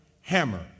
Hammer